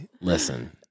listen